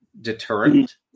deterrent